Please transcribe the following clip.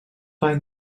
find